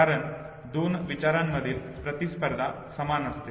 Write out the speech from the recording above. कारण दोन विचारांमधील प्रतिस्पर्धा समान असते